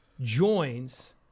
joins